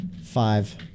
five